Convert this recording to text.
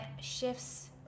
shifts